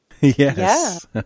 Yes